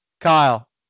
Kyle